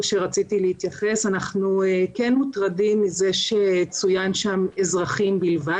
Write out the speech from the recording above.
אנחנו מוטרדים מזה שצוין שם אזרחים בלבד.